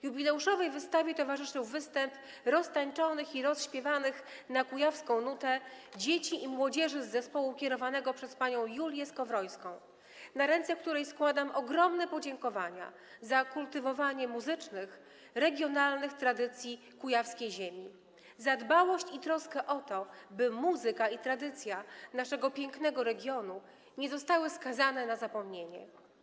Jubileuszowej wystawie towarzyszył występ roztańczonych i rozśpiewanych na kujawską nutę dzieci i młodzieży z zespołu kierowanego przez panią Julię Skowrońską, na której ręce składam ogromne podziękowania za kultywowanie muzycznych regionalnych tradycji kujawskiej ziemi, za dbałość i troskę o to, by muzyka i tradycja naszego pięknego regionu nie zostały skazane na zapomnienie.